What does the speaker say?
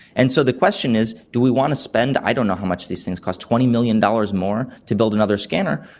and so the question is do we want to spend, i don't know how much these things cost, twenty million dollars more to build another scanner,